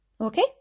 Okay